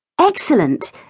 Excellent